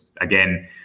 Again